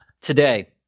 today